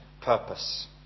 purpose